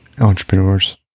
entrepreneurs